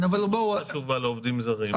היא מאוד חשובה בעניין עובדים זרים.